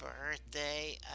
birthday